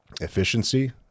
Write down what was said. efficiency